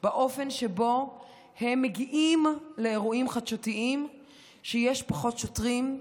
באופן שבו הם מגיעים לאירועים חדשותיים כשיש פחות שוטרים.